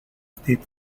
state